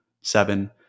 Seven